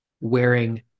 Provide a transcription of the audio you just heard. wearing